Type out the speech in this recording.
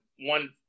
one